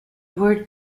word